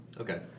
Okay